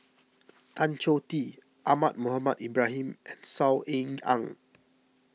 Tan Choh Tee Ahmad Mohamed Ibrahim and Saw Ean Ang